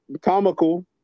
comical